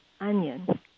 onion